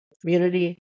community